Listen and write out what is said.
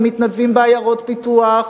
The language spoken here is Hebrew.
הם מתנדבים בעיירות פיתוח,